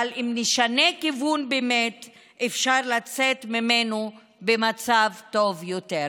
אבל אם נשנה כיוון באמת אפשר לצאת ממנו במצב טוב יותר.